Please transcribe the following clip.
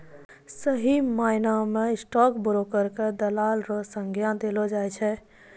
सही मायना म स्टॉक ब्रोकर क दलाल र संज्ञा देलो जाय छै